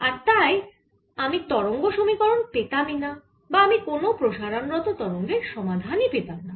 আর তাই আমি তরঙ্গ সমীকরণ পেতামই না বা আমি কোন প্রসারণরত তরঙ্গের সমাধানই পেতাম না